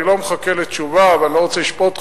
אני לא מחכה לתשובה ואני לא רוצה לשפוט אותך.